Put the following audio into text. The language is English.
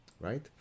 right